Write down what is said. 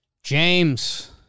James